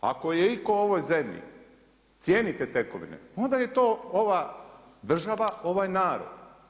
Ako je itko ovoj zemlji, cijenio te tekovine, onda je to ova država, ovaj narod.